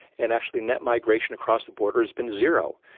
and actually net migration across the border has been zero.